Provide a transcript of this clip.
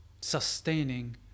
sustaining